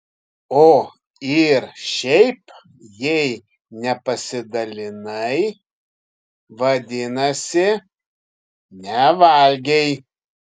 o ir šiaip jei nepasidalinai vadinasi nevalgei